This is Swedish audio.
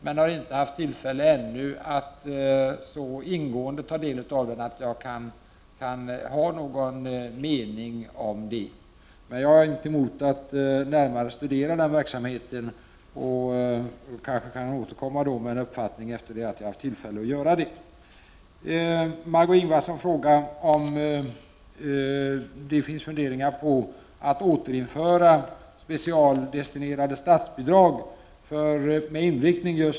Men jag har ännu inte haft tillfälle att studera den här verksamheten så ingående att jag kan ha en mening om den. Jag är dock inte emot att närmare studera denna verksamhet. Jag kanske kan återkomma och meddela min uppfattning när jag haft tillfälle att studera verksamheten.